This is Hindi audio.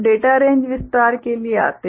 डेटा रेंज विस्तार के लिए आते है